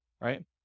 right